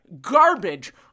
garbage